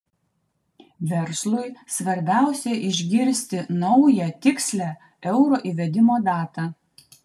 verslui svarbiausia išgirsti naują tikslią euro įvedimo datą